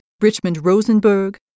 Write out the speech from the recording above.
Richmond-Rosenberg